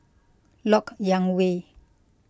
Lok Yang Way